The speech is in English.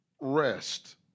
rest